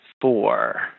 four